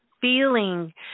feeling